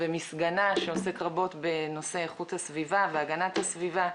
ומסגנה שעוסק רבות בנושא איכות והגנת הסביבה,